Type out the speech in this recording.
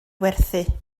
werthu